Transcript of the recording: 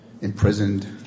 imprisoned